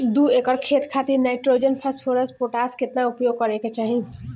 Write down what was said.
दू एकड़ खेत खातिर नाइट्रोजन फास्फोरस पोटाश केतना उपयोग करे के चाहीं?